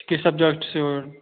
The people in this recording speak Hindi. किस सबजेक्ट से हो